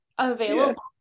available